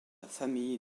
famille